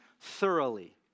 thoroughly